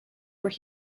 where